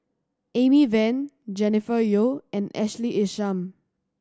Amy Van Jennifer Yeo and Ashley Isham